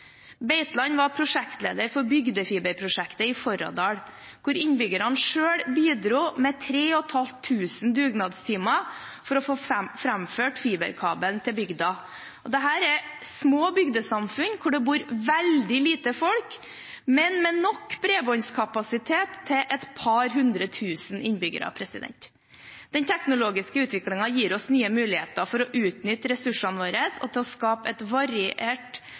Beitland var prosjektleder for bygdefiberprosjektet i Forradal, hvor innbyggerne selv bidro med 3 500 dugnadstimer for å få framført fiberkabelen til bygda. Dette er små bygdesamfunn, hvor det bor veldig lite folk, men med nok bredbåndskapasitet til et par hundre tusen innbyggere. Den teknologiske utviklingen gir oss nye muligheter for å utnytte ressursene våre og til å skape en variert